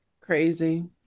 Crazy